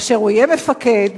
כאשר הוא יהיה מפקד,